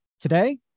Today